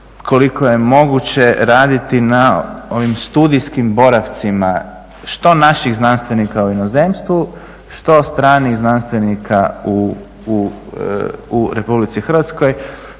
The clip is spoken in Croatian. koliko je moguće raditi na ovim studijskim boravcima, što naših znanstvenika u inozemstvu, što stranih znanstvenika u Republici Hrvatskoj.